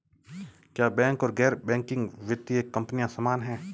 क्या बैंक और गैर बैंकिंग वित्तीय कंपनियां समान हैं?